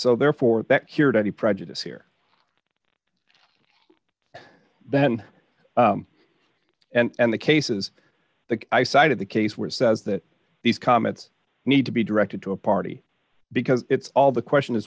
so therefore that cured any prejudice here then and the cases that i cited the case where it says that these comments need to be directed to a party because it's all the question is